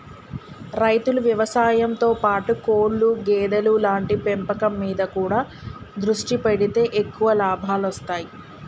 రైతులు వ్యవసాయం తో పాటు కోళ్లు గేదెలు లాంటి పెంపకం మీద కూడా దృష్టి పెడితే ఎక్కువ లాభాలొస్తాయ్